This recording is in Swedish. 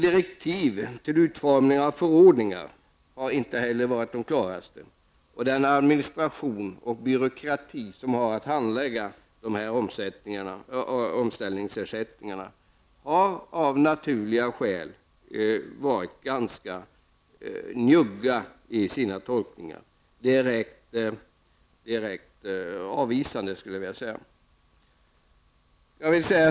Direktiven till utformning av förordningar har inte heller varit de klaraste. Den administration och byråkrati som har att handlägga omställningsersättningarna har av naturliga skäl varit ganska njugga i sina tolkningar, direkt avvisade skulle jag vilja säga.